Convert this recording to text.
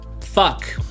fuck